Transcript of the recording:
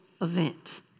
event